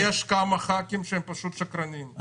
-- שיש כמה ח"כים שהם פשוט שקרנים.